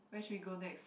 where should we go next